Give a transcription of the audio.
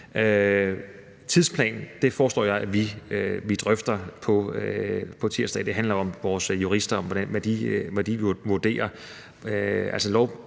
Tidsplanen foreslår jeg vi drøfter på tirsdag. Det handler om, hvad vores jurister vurderer.